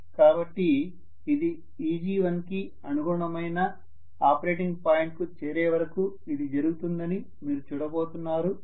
కాబట్టి ఇది Eg1 కి అనుగుణమైన ఆపరేటింగ్ పాయింట్కు చేరే వరకు ఇది జరుగుతుందని మీరు చూడబోతున్నారు